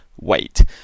wait